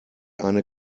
eine